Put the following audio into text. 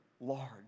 large